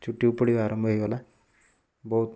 ଚୁଟି ଉପୁଡ଼ିବା ଆରମ୍ଭ ହେଇଗଲା ବହୁତ